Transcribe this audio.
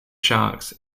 sharks